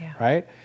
right